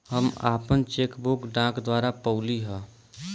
हम आपन cheque book डाक द्वारा पउली है